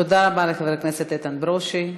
תודה רבה לחבר הכנסת איתן ברושי.